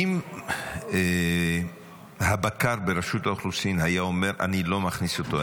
אם הבקר ברשות האוכלוסין היה אומר: אני לא מכניס אותו,